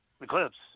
Eclipse